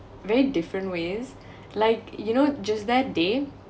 very different ways like you know just that day